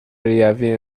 ریوی